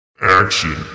Action